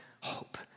hope